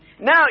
Now